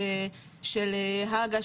של הג"א,